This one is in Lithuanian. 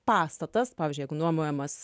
pastatas pavyzdžiui jeigu nuomojamas